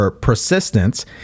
Persistence